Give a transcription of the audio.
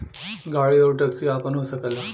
गाड़ी आउर टैक्सी आपन हो सकला